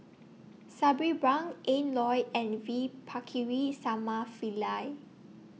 Sabri Buang Ian Loy and V Pakirisamy Pillai